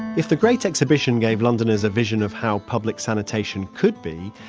if the great exhibition gave londoners a vision of how public sanitation could be,